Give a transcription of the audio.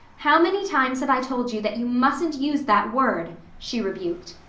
how many times have i told you that you mustn't use that word, she rebuked.